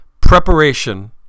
preparation